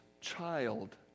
child